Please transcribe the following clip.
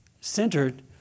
centered